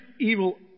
evil